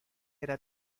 era